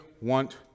want